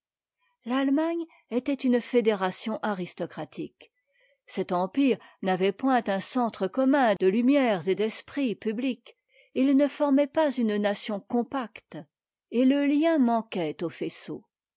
l'allemagne était une fédération aristocratique cet empire n'avait point un centre commun de lumières et d'esprit public il ne formait pas une nation compacte et le lien manquait au faisceau